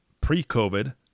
pre-COVID